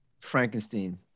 Frankenstein